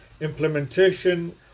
implementation